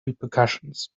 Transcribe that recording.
repercussions